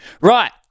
Right